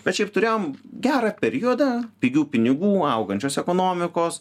bet šiaip turėjom gerą periodą pigių pinigų augančios ekonomikos